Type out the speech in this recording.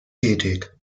tätig